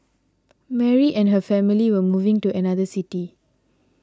Mary and her family were moving to another city